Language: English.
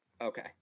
Okay